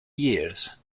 years